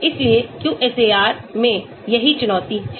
इसीलिए QSAR में यही चुनौती है